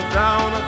down